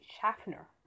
schaffner